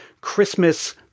Christmas